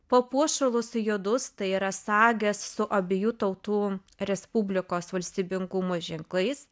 papuošalus juodus tai yra sagės su abiejų tautų respublikos valstybingumo ženklais